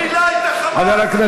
תמשיך.